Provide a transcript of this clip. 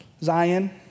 Zion